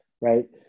right